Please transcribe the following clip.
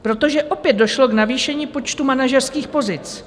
Protože opět došlo k navýšení počtu manažerských pozic.